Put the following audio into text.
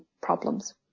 problems